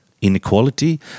inequality